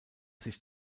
sich